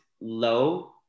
low